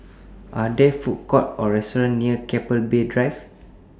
Are There Food Courts Or restaurants near Keppel Bay Drive